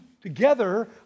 together